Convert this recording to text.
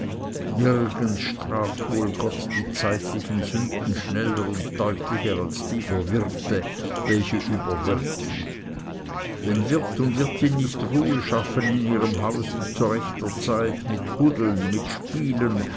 nirgends straft wohl gott die zeitlichen sünden schneller und deutlicher als die der wirte welche überwirten wenn wirt und wirtin nicht ruhe schaffen in ihrem hause zu rechter zeit mit hudeln mit spielen